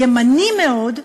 ימני מאוד,